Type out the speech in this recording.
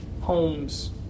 homes